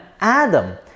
Adam